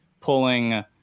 pulling